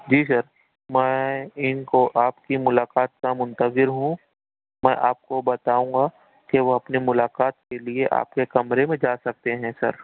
جی sir میں ان کو آپ کی ملاقات کا منتظر ہوں میں آپ کو بتاؤں گا کہ وہ اپنی ملاقات کے لیے آپ کے کمرے میں جا سکتے ہیں سر